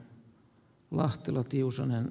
lahtela tiusanen